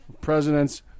presidents